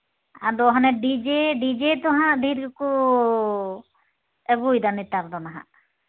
ᱟᱫᱚ ᱦᱟᱱᱮ DJ DJ ᱫᱚ ᱦᱟᱸᱜ ᱰᱷᱮᱨ ᱜᱮᱠᱚ ᱟᱹᱜᱩᱭᱮᱫᱟ ᱱᱮᱛᱟᱨ ᱫᱚ ᱱᱟᱦᱟᱜ